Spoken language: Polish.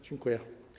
Dziękuję.